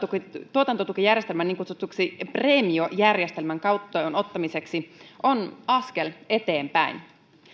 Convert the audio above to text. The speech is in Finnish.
tuotantotukijärjestelmän niin kutsutun preemiojärjestelmän käyttöönottamiseksi on askel eteenpäin